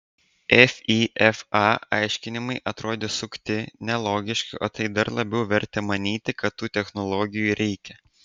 fifa aiškinimai atrodė sukti nelogiški o tai dar labiau vertė manyti kad tų technologijų reikia